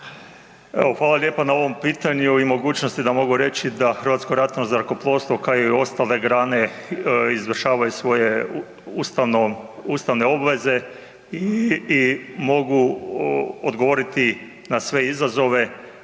Hvala lijepa na ovom pitanju i mogućnosti da mogu reći da Hrvatsko ratno zrakoplovstvo kao i ostale grane izvršavaju svoje ustavne obveze i mogu odgovoriti na sve izazove